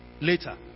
later